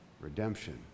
redemption